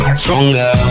stronger